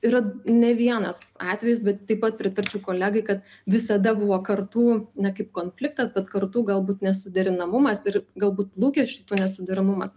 yra ne vienas atvejis bet taip pat pritarčiau kolegai kad visada buvo kartų na kaip konfliktas bet kartu galbūt nesuderinamumas ir galbūt lūkesčiųtnesuderinamumas